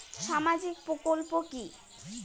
সামাজিক প্রকল্প কি?